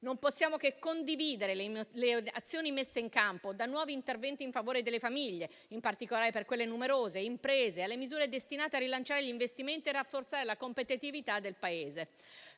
Non possiamo che condividere le azioni messe in campo, dai nuovi interventi in favore delle famiglie, in particolare per quelle numerose, a quelli in favore delle imprese, alle misure destinate a rilanciare gli investimenti e rafforzare la competitività del Paese.